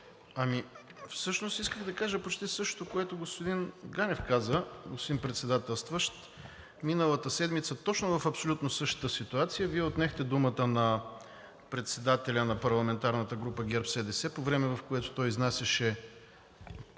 Всъщност исках да кажа почти същото, което господин Ганев каза, господин Председателстващ. Миналата седмица точно в абсолютно същата ситуация Вие отнехте думата на председателя на парламентарната група на ГЕРБ-СДС по време, в което произнасяше